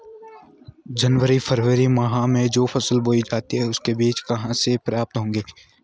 जनवरी फरवरी माह में जो फसल बोई जाती है उसके बीज कहाँ से प्राप्त होंगे?